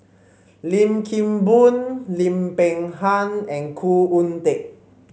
Lim Kim Boon Lim Peng Han and Khoo Oon Teik